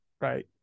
right